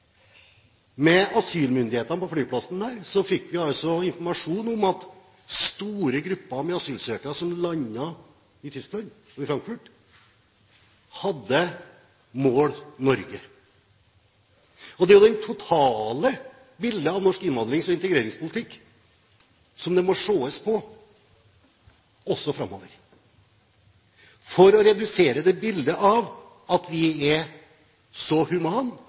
asylmyndighetene på flyplassen der fikk vi informasjon om at store grupper av asylsøkere som landet i Frankfurt, hadde Norge som mål. Det er jo det totale bildet av norsk innvandrings- og integreringspolitikk det må ses på også framover, for å redusere det bildet av at vi er så